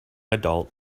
adult